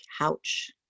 couch